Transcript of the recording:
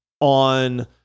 on